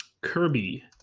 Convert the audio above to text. kirby